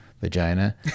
vagina